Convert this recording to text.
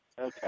okay